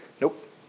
nope